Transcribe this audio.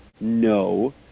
no